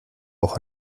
auch